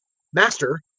master,